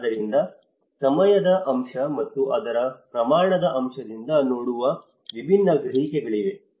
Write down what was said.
ಆದ್ದರಿಂದ ಸಮಯದ ಅಂಶ ಮತ್ತು ಅದರ ಪ್ರಮಾಣದ ಅಂಶದಿಂದ ನೋಡುವ ವಿಭಿನ್ನ ಗ್ರಹಿಕೆಗಳಿವೆ